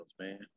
man